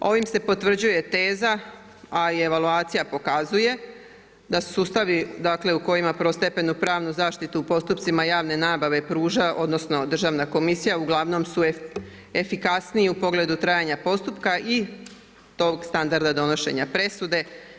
Ovim se potvrđuje teza, a i evaluacija pokazuje da sustavi, dakle u kojima prvostepenu pravnu zaštitu u postupcima javne nabave pruža, odnosno Državna komisija uglavnom su efikasniji u pogledu trajanja postupka i tog standarda donošenja presude.